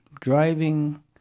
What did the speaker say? driving